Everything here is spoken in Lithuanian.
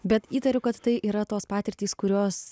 bet įtariu kad tai yra tos patirtys kurios